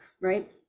right